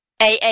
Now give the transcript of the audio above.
AA